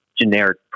generic